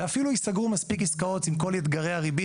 ואפילו אם יסגרו מספיק עסקאות עם כל אתגרי הריבית